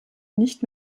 nicht